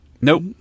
Nope